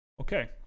Okay